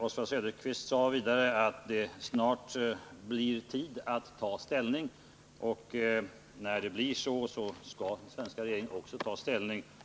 Oswald Söderqvist sade vidare att det snart blir tid att ta ställning. När den tiden kommer skall den svenska regeringen också ta ställning.